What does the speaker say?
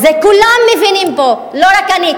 את זה כולם מבינים פה, לא רק אני.